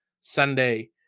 Sunday